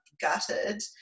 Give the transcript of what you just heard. gutted